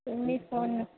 ఏమండీ phone number